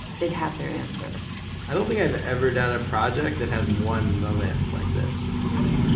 they'd have their answer i don't think i've ever done a project that has one moment like this really?